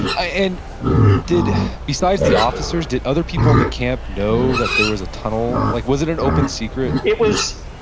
ah and besides the officers, did other people in the camp know that there was a tunnel? like was it an open secret? it was,